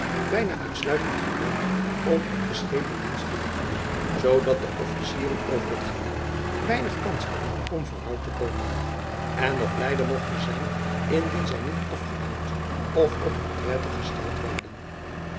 byna uitsluitend gebruikt om op de schepen dienst te doen zoodat de officieren over t geheel weinig kans hadden om vooruit te komen en nog blijde mochten zijn indien zij niet afgedankt of op retraite gesteld werden